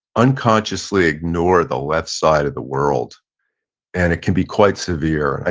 unconsciously ignore the left side of the world and it can be quite severe. and